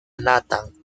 nathan